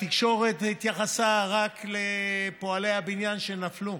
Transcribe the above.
התקשורת התייחסה רק לפועלי הבניין שנפלו,